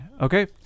Okay